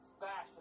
fashion